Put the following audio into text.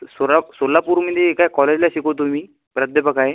सोराप सोलापूरमध्ये एका कॉलेजला शिकवतो मी प्राध्यापक आहे